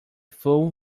fool